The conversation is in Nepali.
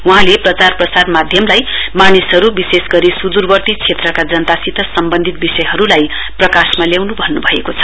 वहाँले प्रचार प्रसार माध्यमलाई मानिसहरू विशेष गरी सुदूरवर्दी क्षेत्रका जनतासित सम्बन्धित विषयहरूलाई प्रकाशमा ल्याउनु भन्नु भएको छ